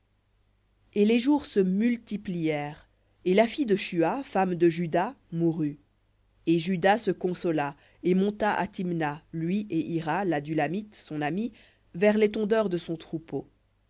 et les jours se multiplièrent et la fille de shua femme de juda mourut et juda se consola et monta à thimna lui et hira l'adullamite son ami vers les tondeurs de son troupeau